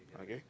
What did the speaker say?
okay